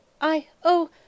I—oh